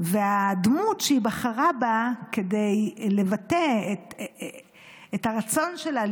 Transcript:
והדמות שהיא בחרה בה כדי לבטא את הרצון שלה,